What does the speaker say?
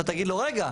אתה תגיד לו רגע,